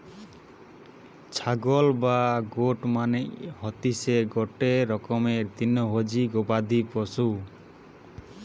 ছাগল বা গোট মানে হতিসে গটে রকমের তৃণভোজী গবাদি পশু